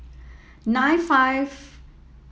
nine five